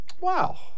Wow